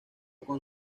con